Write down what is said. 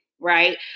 right